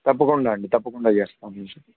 తప్పకుండా అండి తప్పకుండా చేస్తాను